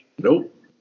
Nope